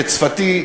כצפתי,